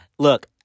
Look